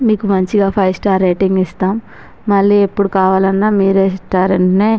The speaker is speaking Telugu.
మీకు మంచిగా ఫైవ్ స్టార్ రేటింగ్ ఇస్తాం మళ్ళీ ఎప్పుడు కావాలన్నా మీ రెస్టారెంట్నే